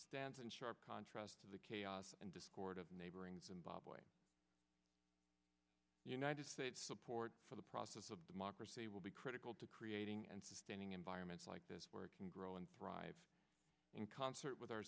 stands in sharp contrast to the chaos and discord of neighboring zimbabwe united states support for the process of democracy will be critical to creating and sustaining environments like this where it can grow and thrive in concert with